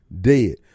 dead